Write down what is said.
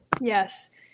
Yes